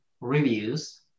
reviews